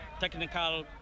technical